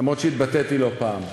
אף שהתבטאתי לא פעם.